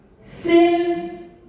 Sin